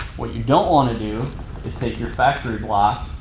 what you don't want to do is take your factory block